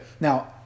Now